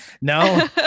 no